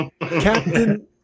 Captain